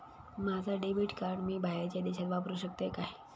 माझा debit card मी बाहेरच्या देशात वापरू शकतय काय?